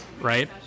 right